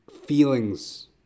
feelings